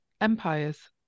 empires